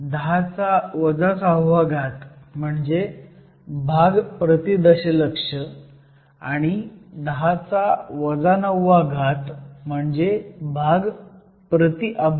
10 6 म्हणजे भाग प्रति दशलक्ष आणि 10 9 म्हणजे भाग प्रति अब्ज